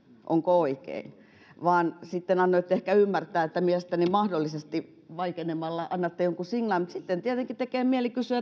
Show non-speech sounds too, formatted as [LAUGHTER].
onko oikein vaan annoitte ehkä ymmärtää että mielestänne mahdollisesti vaikenemalla annatte jonkun signaalin mutta sitten tietenkin tekee mieli kysyä [UNINTELLIGIBLE]